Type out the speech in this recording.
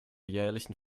jährlichen